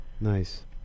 Nice